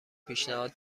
پیشنهاد